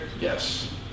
Yes